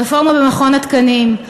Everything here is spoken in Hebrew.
רפורמה במכון התקנים,